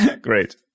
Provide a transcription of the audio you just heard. great